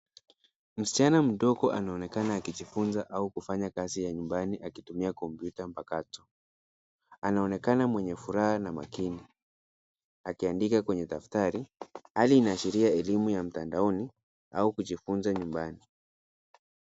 Msichana mdogo anaonekana akijifunza au kufanya kazi ya nyumbani akitumia kompyuta mpakato. Anaonekana mwenye furaha na makini akiandika kwenye daftari. Hali inaashiria elimu ya mtandaoni au kujifunza nyumbani.